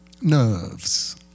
nerves